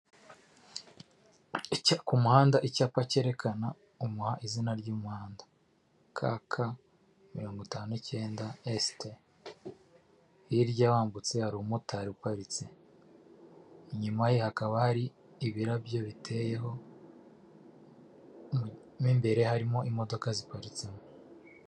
Ku muhanda, icyapa cyerekana izina ry'umuhanda. KK mirongo itanu n'icyenda, st. Hirya wambutse hari umumotari uparitse, inyuma ye hakaba hari ibirabyo biteyeho, mo imbere harimo imodoka ziparitsemo.